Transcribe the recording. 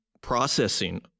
processing